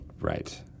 right